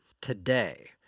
today